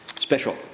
special